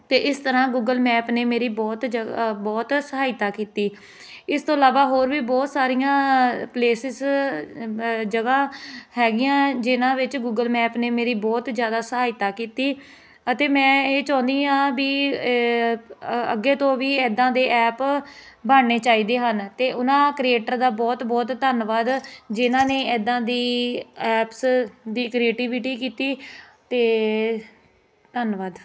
ਅਤੇ ਇਸ ਤਰ੍ਹਾਂ ਗੂਗਲ ਮੈਪ ਨੇ ਮੇਰੀ ਬਹੁਤ ਜਗ੍ਹਾ ਬਹੁਤ ਸਹਾਇਤਾ ਕੀਤੀ ਇਸ ਤੋਂ ਇਲਾਵਾ ਹੋਰ ਵੀ ਬਹੁਤ ਸਾਰੀਆਂ ਪਲੇਸਿਸ ਜਗ੍ਹਾ ਹੈਗੀਆਂ ਜਿਹਨਾਂ ਵਿੱਚ ਗੂਗਲ ਮੈਪ ਨੇ ਮੇਰੀ ਬਹੁਤ ਜ਼ਿਆਦਾ ਸਹਾਇਤਾ ਕੀਤੀ ਅਤੇ ਮੈਂ ਇਹ ਚਾਹੁੰਦੀ ਹਾਂ ਵੀ ਅੱਗੇ ਤੋਂ ਵੀ ਇੱਦਾਂ ਦੇ ਐਪ ਬਣਨੇ ਚਾਹੀਦੇ ਹਨ ਅਤੇ ਉਹਨਾਂ ਕ੍ਰੀਏਟਰ ਦਾ ਬਹੁਤ ਬਹੁਤ ਧੰਨਵਾਦ ਜਿਹਨਾਂ ਨੇ ਇੱਦਾਂ ਦੀ ਐਪਸ ਦੀ ਕ੍ਰਿਟੀਵਿਟੀ ਕੀਤੀ ਅਤੇ ਧੰਨਵਾਦ